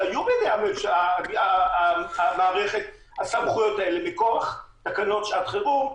כשבידי המערכת היו הסמכויות האלה מכוח תקנות שעת חירום,